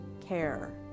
care